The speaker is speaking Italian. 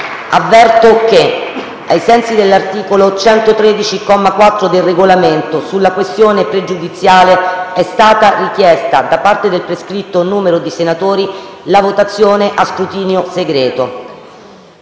avverto che, ai sensi dell'articolo 113, comma 4, del Regolamento, sulla questione pregiudiziale è stata richiesta da parte del prescritto numero di senatori la votazione a scrutinio segreto.